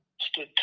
stood